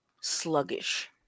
sluggish